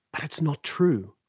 but it's not true.